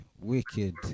Wicked